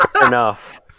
enough